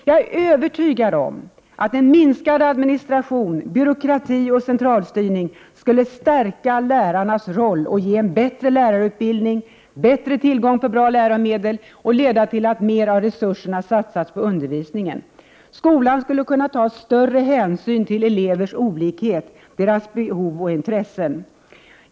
Jag är övertygad om att en minskad administration, byråkrati och centralstyrning skulle stärka lärarnas roll, ge en bättre lärarutbildning och bättre tillgång på bra läromedel samt leda till att mer av resurserna satsas på undervisningen. Skolan skulle kunna ta större hänsyn till elevernas olikhet, deras behov och intressen.